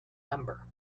number